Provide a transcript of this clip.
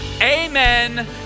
amen